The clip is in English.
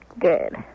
good